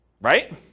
right